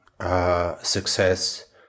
success